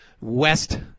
West